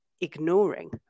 Ignoring